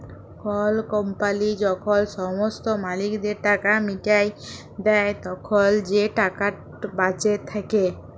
call company যখল সমস্ত মালিকদের টাকা মিটাঁয় দেই, তখল যে টাকাট বাঁচে থ্যাকে